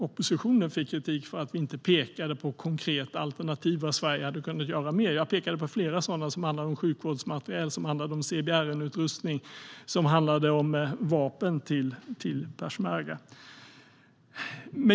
Oppositionen fick kritik för att vi inte pekade på konkreta alternativ där Sverige hade kunnat göra mer. Jag pekade på flera sådana som handlade om sjukvårdsmateriel, CBRN-utrustning och vapen till peshmerga.